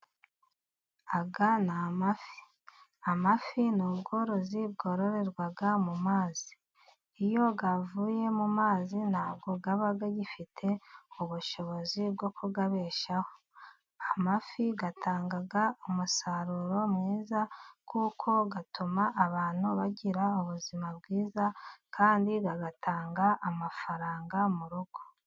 Aya ni amafi, amafi ni ubworozi bwororerwa mu mazi. Iyo yavuye mu mazi ntabwo aba agifite ubushobozi bwo kuyabeshaho. Amafi atanga umusaruro mwiza kuko atuma abantu bagira ubuzima bwiza kandi agatanga amafaranga mu rugo.